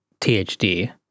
thd